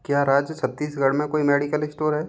क्या राज्य छत्तीसगढ़ में कोई मेडिकल स्टोर है